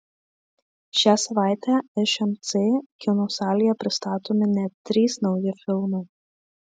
šią savaitę šmc kino salėje pristatomi net trys nauji filmai